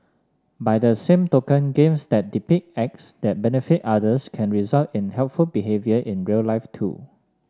by the same token games that depict acts that benefit others can result in helpful behaviour in real life too